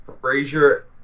Frazier